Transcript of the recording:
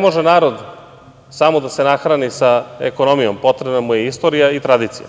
može narod samo da se nahrani ekonomijom, potrebna mu je istorija i tradicija.